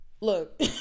Look